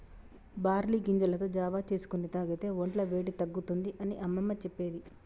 barley గింజలతో జావా చేసుకొని తాగితే వొంట్ల వేడి తగ్గుతుంది అని అమ్మమ్మ చెప్పేది